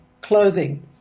clothing